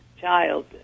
child